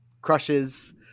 crushes